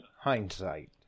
Hindsight